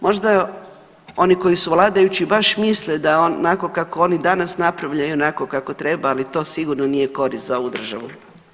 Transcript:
Možda oni koji su vladajući baš misle da onako kako oni danas napravljaju i onako kako treba, ali to sigurno nije korist za ovu državu.